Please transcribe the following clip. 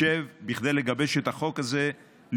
כדי לגבש את החוק הזה,